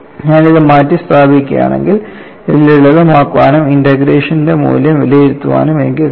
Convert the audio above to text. ഞാൻ ഇത് മാറ്റി സ്ഥാപിക്കുകയാണെങ്കിൽ ഇത് ലളിതമാക്കാനും ഇന്റഗ്രേഷൻ ന്റെ മൂല്യം വിലയിരുത്താനും എനിക്ക് കഴിയും